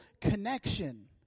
connection